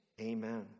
amen